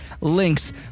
links